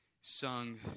sung